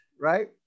Right